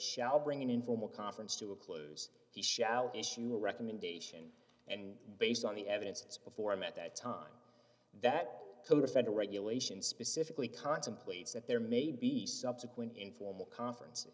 shall bring an informal conference to a close he shouted issue a recommendation and based on the evidence before him at that time that code of federal regulations specifically contemplates that there may be subsequent informal conferences